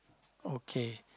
okay